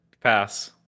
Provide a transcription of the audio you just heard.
pass